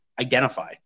identify